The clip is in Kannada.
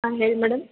ಹಾಂ ಹೇಳಿ ಮೇಡಮ್